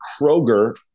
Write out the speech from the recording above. Kroger